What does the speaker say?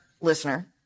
listener